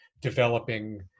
developing